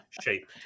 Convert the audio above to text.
shape